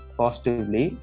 positively